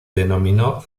denominó